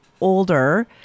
older